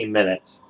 minutes